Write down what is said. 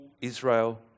Israel